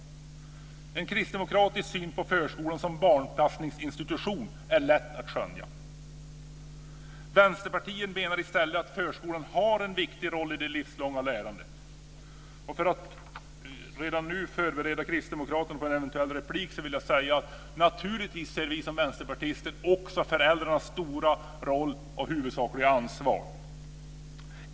En kristdemokratisk syn på förskolan som barnpassningsinstitution är lätt att skönja. Vänsterpartiet menar i stället att förskolan har en viktig roll i det livslånga lärandet. För att redan nu förbereda kristdemokraten på en eventuell replik vill jag säga att naturligtvis ser vi vänsterpartister också föräldrarnas stora roll och huvudsakliga ansvar.